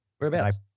Whereabouts